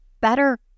better